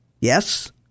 yes